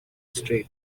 street